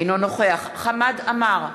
אינו נוכח חמד עמאר,